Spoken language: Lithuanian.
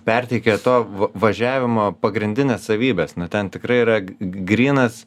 perteikė to va važiavimo pagrindines savybes nu ten tikrai yra grynas